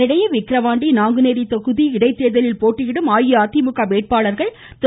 இதனிடையே விக்கிரவாண்டி நாங்குநேரி தொகுதி இடைத்தேர்தலில் போட்டியிடும் அஇஅதிமுக வேட்பாளர்கள் திரு